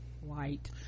white